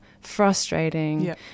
frustrating